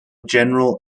general